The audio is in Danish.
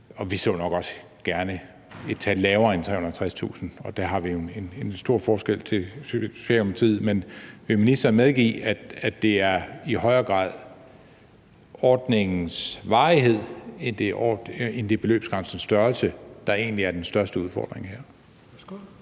Vi så nok også gerne et tal lavere end 360.000 kr., og der er stor forskel på det tal og Socialdemokratiets tal. Vil ministeren medgive, at det i højere grad er ordningens varighed, end det er beløbsgrænsens størrelse, der egentlig er den største udfordring her?